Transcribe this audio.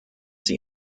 sie